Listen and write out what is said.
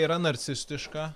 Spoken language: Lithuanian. yra narcistiška